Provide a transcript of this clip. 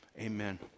Amen